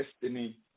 destiny